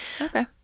Okay